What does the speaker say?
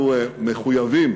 אנחנו מחויבים